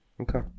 Okay